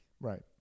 right